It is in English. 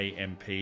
AMP